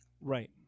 Right